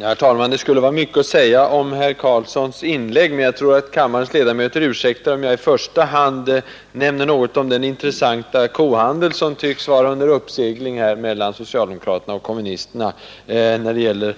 Herr talman! Det skulle vara mycket att säga om herr Karlssons inlägg, men jag tror att kammarens ledamöter ursäktar mig om jag i första hand nämner något om den intressanta kohandel som tycks vara under uppsegling mellan socialdemokraterna och kommunisterna när det gäller